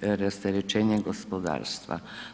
rasterećenje gospodarstva.